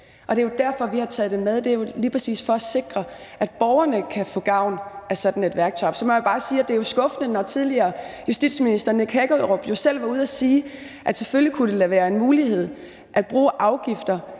og det er jo derfor, vi har taget det med. Det er lige præcis for at sikre, at borgerne kan få gavn af sådan et værktøj. Så må jeg bare sige, at det jo er skuffende, når tidligere justitsminister Nick Hækkerup jo selv var ude at sige, at selvfølgelig kunne det være en mulighed at bruge afgifter